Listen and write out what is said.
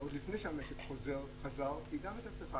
עוד לפני שהמשק חזק, היא גם הייתה צריכה.